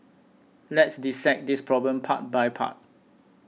let's dissect this problem part by part